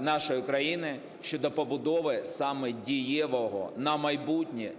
нашої України щодо побудови саме дієвого на майбутнє